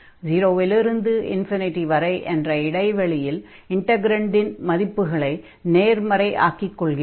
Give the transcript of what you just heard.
0 இல் இருந்து வரை என்ற இடைவெளியில் இன்டக்ரன்டின் மதிப்புகளை நேர்மறை ஆக்கிக் கொள்கிறோம்